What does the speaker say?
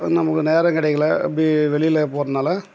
நமக்கு நேரம் கிடைக்கில அப்படி வெளியில் போகிறனால